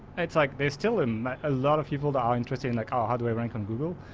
it's like there's still and a lot of people that are interested in like, ah how do i rank on google.